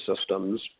systems